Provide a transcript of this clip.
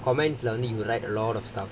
comments you write a lot of stuff